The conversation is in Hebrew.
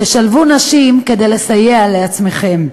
תשלבו נשים כדי לסייע לעצמכם.